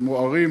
כמו ערים,